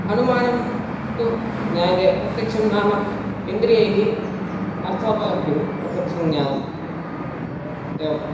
अनुमानं तु ज्ञायते प्रत्यक्षं नाम इन्द्रियैः अर्थोपलब्धिः प्रत्यक्षं ज्ञानम् एवं